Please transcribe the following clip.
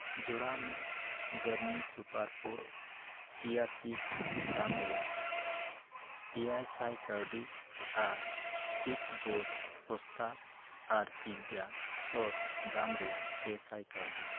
ᱡᱚᱲᱟᱣ ᱢᱮ ᱜᱟᱨᱢᱤ ᱥᱩᱯᱟᱨᱯᱷᱩᱰ ᱪᱤᱭᱟ ᱥᱤᱰ ᱮᱭᱟᱭ ᱥᱟᱭ ᱠᱟᱹᱣᱰᱤ ᱟᱨ ᱪᱤᱯᱵᱳᱥᱴᱟ ᱵᱚᱥᱛᱟ ᱟᱨ ᱯᱤᱡᱡᱟ ᱥᱚᱥ ᱫᱟᱢ ᱨᱮᱭᱟᱜ ᱯᱮ ᱥᱟᱭ ᱠᱟᱹᱣᱰᱤ